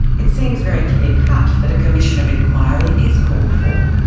it seems very clear-cut that a commission of inquiry is called for,